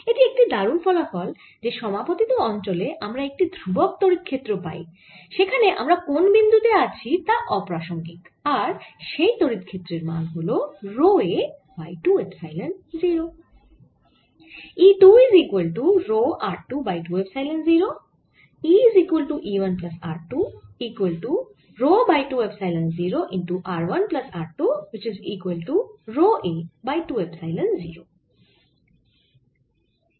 এটি একটি দারুন ফলাফল যে সমাপতিত অঞ্চলে আমরা একটি ধ্রুবক তড়িৎ ক্ষেত্র পাই সেখানে আমরা কোন বিন্দু তে আছি তা অপ্রাসঙ্গিক আর সেই তড়িৎ ক্ষেত্রের মান হল রো a বাই 2 এপসাইলন 0